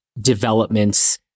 developments